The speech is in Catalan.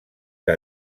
que